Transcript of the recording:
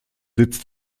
sitz